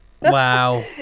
wow